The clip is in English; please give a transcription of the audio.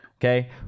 okay